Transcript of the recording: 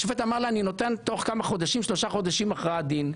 השופט אמר לה: אני נותן תוך שלושה חודשים הכרעת דין.